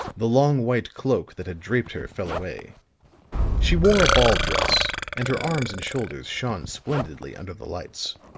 the long white cloak that had draped her fell away she wore a ball dress and her arms and shoulders shone splendidly under the lights.